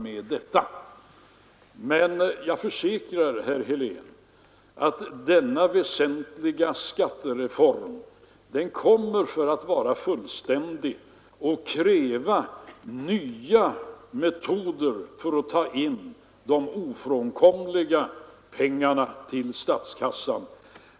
Men jag försäkrar herr Helén att denna skattereform kommer, om den skall vara fullständig, att kräva nya metoder för att ta in de ofrånkomliga pengarna till statskassan.